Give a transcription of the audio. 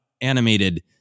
animated